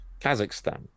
Kazakhstan